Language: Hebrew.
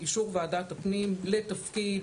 אישור ועדת הפנים לתפקיד